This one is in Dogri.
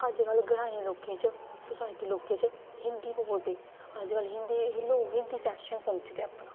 अजकल्ल ग्राईं लोकें च सोसाईटी लोकें च हिन्दी बोलदे अजकल्ल हिन्दी लोग हिन्दी फैशन समझदे अपना